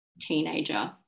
teenager